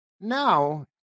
now